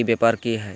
ई व्यापार की हाय?